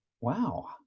Wow